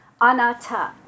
Anata